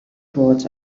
towards